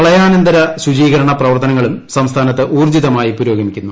പ്രളയാനന്തര ശുചീകരണ പ്രവർത്തനങ്ങളും സംസ്ഥാനത്ത് ഊർജ്ജിതമായി പുരോഗമിക്കുന്നു